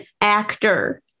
actor